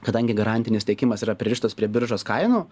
kadangi garantinis tiekimas yra pririštas prie biržos kainų